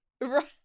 Right